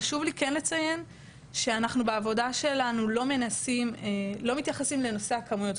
כן חשוב לי לציין שבעבודה שלנו אנחנו לא מתייחסים לנושא הכמויות.